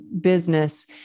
business